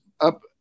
up